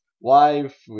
wife